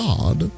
God